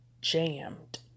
jammed